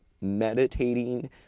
meditating